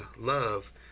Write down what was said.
Love